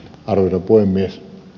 arvoisa puhemies